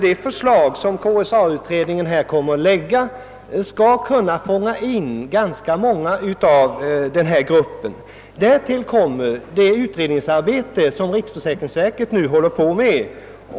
Det förslag som KSA-utredningen kommer att framlägga torde kunna fånga in ganska många av denna grupp. Därtill kommer det utredningsarbete som riksförsäkringsverket nu bedriver.